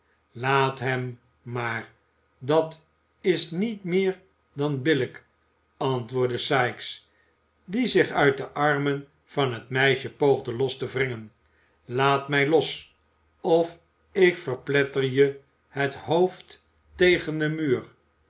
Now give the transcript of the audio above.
laat hem maar dat is niet meer dan billijk antwoordde sikes die zich uit de armen van het meisje poogde los te wringen laat mij los of ik verpletter je het hoofd tegen den muur